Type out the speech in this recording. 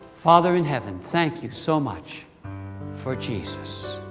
father in heaven, thank you so much for jesus.